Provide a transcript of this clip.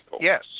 yes